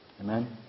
Amen